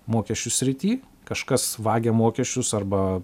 mokesčių srity kažkas vagia mokesčius arba